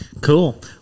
Cool